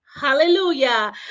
Hallelujah